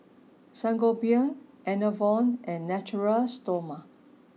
Sangobion Enervon and Natura Stoma